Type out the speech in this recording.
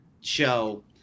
show